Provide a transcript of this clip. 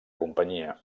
companyia